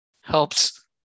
helps